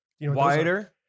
Wider